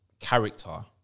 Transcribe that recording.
Character